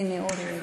הנה, אורי הגיע.